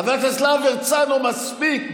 חבר הכנסת להב הרצנו, מספיק.